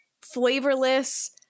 flavorless